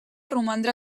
romandre